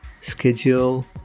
schedule